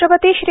राष्ट्रपती श्री